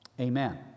Amen